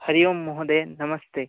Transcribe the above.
हरि ओं महोदयः नमस्ते